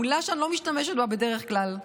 מילה שאני לא משתמשת בה בדרך כלל: